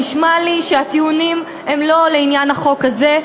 נשמע לי שהטיעונים הם לא לעניין החוק הזה,